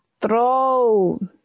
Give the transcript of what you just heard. Throw